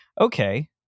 okay